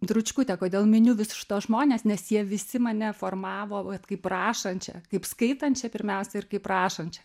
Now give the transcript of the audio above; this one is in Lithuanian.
dručkutė kodėl miniu visus šituos žmones nes jie visi mane formavo vat kaip rašančią kaip skaitančią pirmiausia ir kaip rašančią